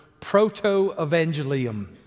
Proto-Evangelium